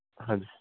ਹਾਂਜੀ